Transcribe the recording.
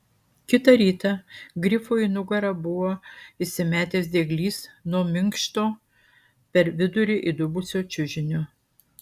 kitą rytą grifui į nugarą buvo įsimetęs dieglys nuo minkšto per vidurį įdubusio čiužinio